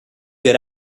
got